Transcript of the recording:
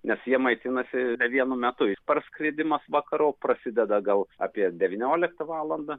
nes jie maitinasi vienu metu ir parskridimas vakarop prasideda gal apie devynioliktą valandą